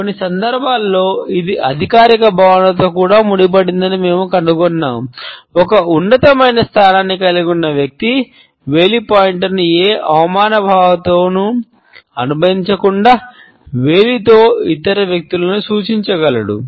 కొన్ని సందర్భాల్లో ఇది అధికార భావనతో కూడా ముడిపడి ఉందని మేము కనుగొన్నాము ఒక ఉన్నత స్థానాన్ని కలిగి ఉన్న వ్యక్తి వేలి పాయింటర్ను ఏ అవమాన భావనతోనూ అనుబంధించకుండా వేలితో ఇతర వ్యక్తులను సూచించగలడు